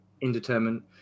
indeterminate